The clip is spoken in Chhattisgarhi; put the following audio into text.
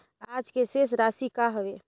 आज के शेष राशि का हवे?